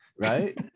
Right